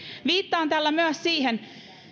viittaan tällä myös siihen